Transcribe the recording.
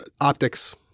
Optics